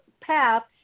path